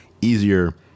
easier